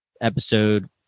episode